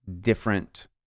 different